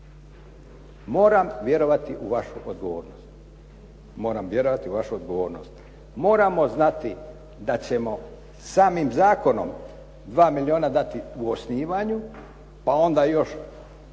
moram vjerovati u vašu odgovornost. Moramo znati da ćemo samim zakonom 2 milijuna dati u osnivanju, pa onda još